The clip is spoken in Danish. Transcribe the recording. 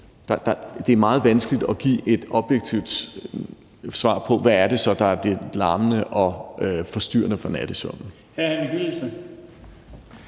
det er meget vanskeligt at give et objektivt svar på, hvad det så er, der er det larmende og forstyrrende for nattesøvnen.